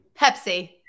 Pepsi